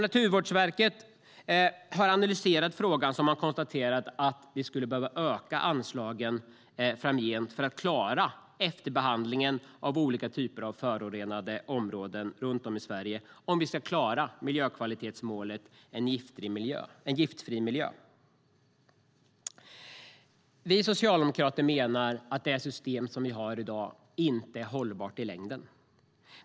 Naturvårdsverket har analyserat frågan och konstaterar att vi skulle behöva öka anslagen för att klara efterbehandlingen av olika typer av förorenade områden runt om i Sverige om vi ska klara miljökvalitetsmålet om en giftfri miljö. Vi socialdemokrater menar att det system vi har i dag inte är hållbart i längden.